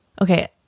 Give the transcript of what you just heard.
Okay